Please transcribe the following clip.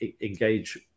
engage